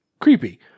creepy